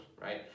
right